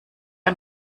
ein